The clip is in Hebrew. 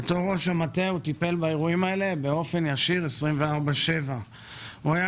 בתור ראש המטה הוא טיפל באירועים האלה באופן ישיר 24/7. הוא היה